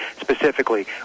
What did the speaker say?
specifically